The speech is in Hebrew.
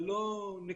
זה לא נקודתי,